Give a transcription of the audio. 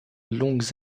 longues